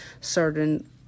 certain